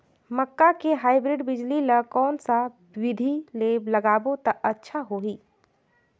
मक्का के हाईब्रिड बिजली ल कोन सा बिधी ले लगाबो त अच्छा होहि?